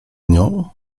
nią